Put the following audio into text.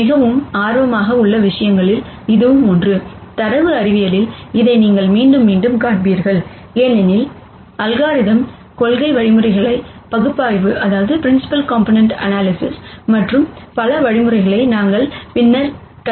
மிகவும் ஆர்வமாக உள்ள விஷயங்களில் இதுவும் ஒன்று டேட்டா சயின்ஸ்ல் இதை நீங்கள் மீண்டும் மீண்டும் காண்பீர்கள் ஏனெனில் அல்காரிதம் கொள்கை வழிமுறைகள் பகுப்பாய்வு மற்றும் பல வழிமுறைகளை நாங்கள் பின்னர் கற்பிக்கிறோம்